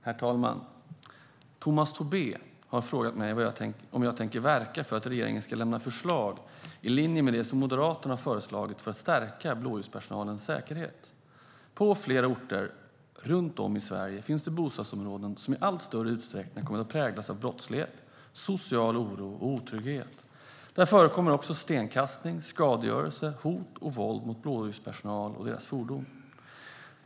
Herr talman! Tomas Tobé har frågat mig om jag tänker verka för att regeringen ska lämna förslag, i linje med det som Moderaterna har föreslagit, för att stärka blåljuspersonalens säkerhet. På flera orter runt om i Sverige finns det bostadsområden som i allt större utsträckning har kommit att präglas av brottslighet, social oro och otrygghet. Där förekommer också stenkastning, skadegörelse, hot och våld mot blåljuspersonal och deras fordon.